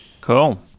Cool